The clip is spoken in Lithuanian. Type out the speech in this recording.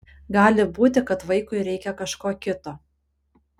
gali būti kad vaikui reikia kažko kito